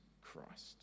Christ